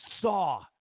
saw